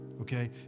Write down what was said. okay